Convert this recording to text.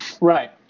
Right